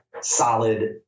solid